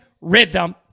rhythm